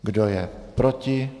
Kdo je proti?